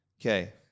Okay